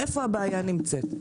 איפה הבעיה נמצאת.